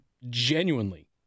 genuinely